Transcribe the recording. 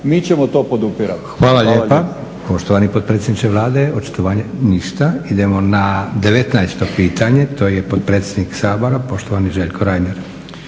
**Leko, Josip (SDP)** Hvala lijepa poštovani potpredsjedniče Vlade. Očitovanje? Ništa. Idemo na 19 pitanje. To je potpredsjednik Sabora poštovani Željko Reiner.